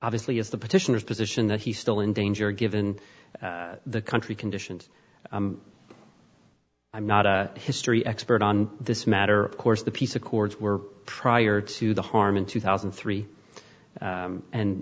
obviously is the petitioners position that he's still in danger given the country conditions i'm not a history expert on this matter of course the peace accords were prior to the harm in two thousand and three